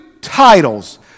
titles